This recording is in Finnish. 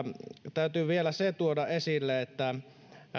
täytyy vielä se tuoda esille että